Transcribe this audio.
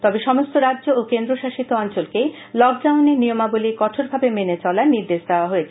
তবে সমস্ত রাজ্য ও কেন্দ্র শাসিত অঞ্চলকেই লকডাউনের নিয়মাবলী কঠোরভাবে মেনে চলার নির্দেশ দেওয়া হয়েছে